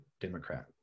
Democrat